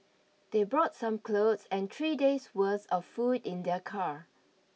they brought some clothes and three days' worth of food in their car